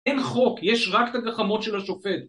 אין חוק, יש רק את הגחמות של השופט.